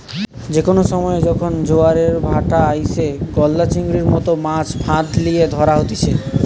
যে কোনো সময়ে যখন জোয়ারের ভাঁটা আইসে, গলদা চিংড়ির মতো মাছ ফাঁদ লিয়ে ধরা হতিছে